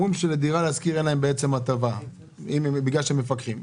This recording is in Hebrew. אומרים שלדירה להשכיר אין הטבה בגלל שהם מפקחים.